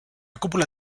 cúpula